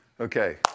Okay